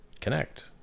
connect